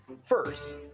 first